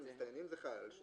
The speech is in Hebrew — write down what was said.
על מסתננים זה כן חל.